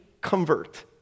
convert